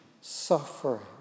suffering